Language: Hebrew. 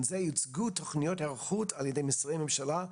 זה יוצגו תוכניות היערכות על ידי משרדי הממשלה,